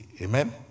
Amen